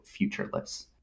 futureless